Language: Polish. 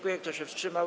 Kto się wstrzymał?